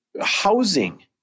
Housing